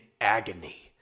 agony